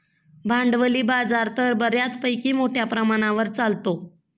भांडवली बाजार तर बऱ्यापैकी मोठ्या प्रमाणावर चालतो